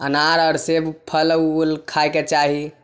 अनार आओर सेब फल उल खाय के चाही